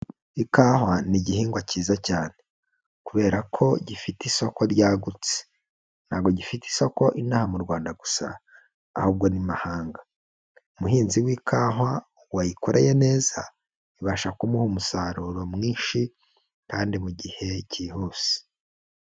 Ikawa ni igihingwa cyiza cyane kubera ko gifite isoko ryagutse, ntabwo gifite isoko inaha mu Rwanda gusa ahubwo n'imahanga, umuhinzi w'ikawa wayikoreye neza ibasha kumuha umusaruro mwinshi kandi mu gihe cyihuse.